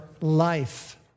life